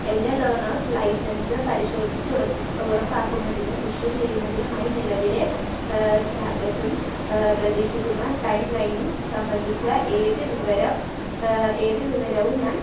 എൻ്റെ learners licence പരിശോധിച്ച് ഉറപ്പ ഉറപ്പാക്കുന്നതിനും ഇഷ്യൂ ചെയ്യുന്നതിനുമായി നിലവിലെ സ്റ്റാറ്റസും പ്രതീക്ഷിക്കുന്ന ടൈം ലൈനും സംബന്ധിച്ച ഏത് വിവരം ഏത് വിവരവും ഞാൻ